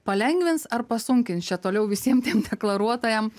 palengvins ar pasunkins čia toliau visiem tiem deklaruotojam